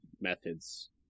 methods